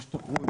הם השתפרו,